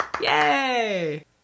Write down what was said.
Yay